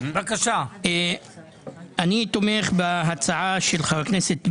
אני תומך בהצעה של חבר הכנסת בליאק,